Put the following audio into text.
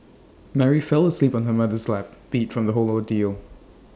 Mary fell asleep on her mother's lap beat from the whole ordeal